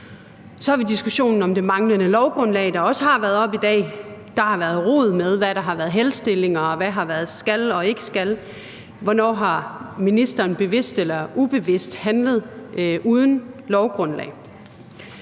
Så har vi diskussionen om det manglende lovgrundlag, der også har været oppe i dag. Der har været rod med, hvad der har været henstillinger, og hvad der har været »skal« og ikke »skal«. Hvornår har ministeren bevidst eller ubevidst handlet uden lovgrundlag?